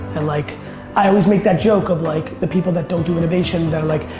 and like i always make that joke of like the people that don't do innovation that are like,